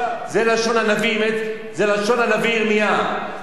זו לשון הנביא ירמיה, אין בושה וכלימה.